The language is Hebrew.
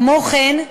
כמו כן,